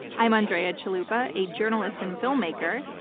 i'm andrea chalupa, a journalist and filmmaker,